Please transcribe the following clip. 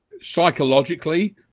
psychologically